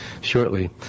shortly